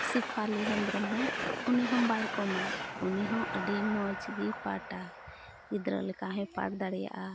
ᱥᱮᱯᱷᱟᱞᱤ ᱦᱮᱵᱨᱚᱢ ᱦᱚᱸ ᱩᱱᱤ ᱦᱚᱸ ᱵᱟᱭ ᱠᱚᱢᱟ ᱩᱱᱤ ᱦᱚᱸ ᱟᱹᱰᱤ ᱢᱚᱡᱽᱜᱮ ᱯᱟᱴᱼᱟ ᱜᱤᱫᱽᱨᱟᱹ ᱞᱮᱠᱟ ᱦᱚᱸᱭ ᱯᱟᱴ ᱫᱟᱲᱮᱭᱟᱜᱼᱟ